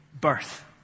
Birth